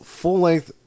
full-length